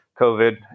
COVID